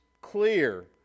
clear